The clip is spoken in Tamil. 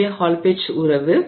இதுவே ஹால் பெட்ச் உறவு